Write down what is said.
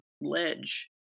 ledge